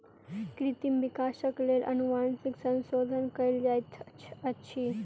कृत्रिम विकासक लेल अनुवांशिक संशोधन कयल जाइत अछि